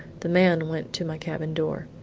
the man went to my cabin door.